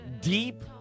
deep